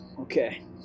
Okay